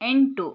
ಎಂಟು